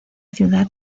ciudad